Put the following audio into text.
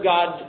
God